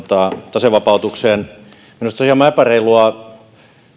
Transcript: tasevapautukseen minusta on hieman epäreilua tavallaan